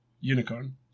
unicorn